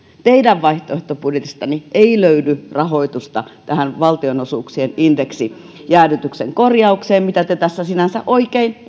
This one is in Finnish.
teidän vaihtoehtobudjetistanne ei löydy rahoitusta tähän valtionosuuksien indeksijäädytyksen korjaukseen mitä te tässä sinänsä oikein